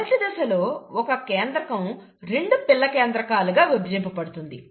మొదటి దశలో ఒక కేంద్రకం రెండు పిల్ల కేంద్రకాలు గా విభజించబడుతుంది